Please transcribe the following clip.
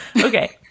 Okay